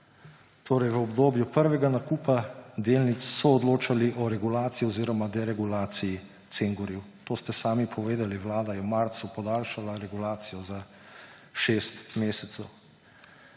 marca, v obdobju prvega nakupa delnic, soodločali o regulaciji oziroma deregulaciji cen goriv. To ste sami povedali, vlada je v marcu podaljšala regulacijo za 6 mesecev.